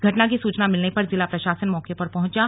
घटना की सूचना मिलने पर जिला प्रशासन मौके पर पहुंचा